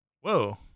Whoa